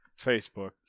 Facebook